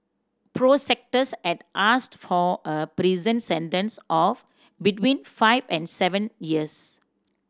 prosecutors had asked for a prison sentence of between five and seven years